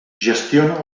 gestiona